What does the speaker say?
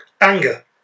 Anger